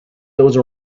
those